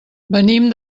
venim